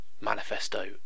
manifesto